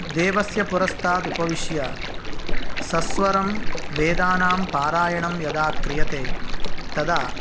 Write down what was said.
देवस्य पुरस्तात् उपविश्य सस्वरं वेदानां पारायणं यदा क्रियते तदा